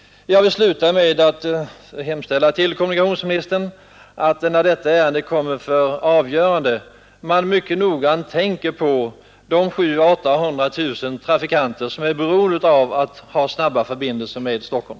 Jag hemställer till kommunikationsministern att han, när detta ärende skall avgöras, mycket noga tänker på de 700 000—800 000 trafikanter som är beroende av att ha snabba förbindelser med Stockholm.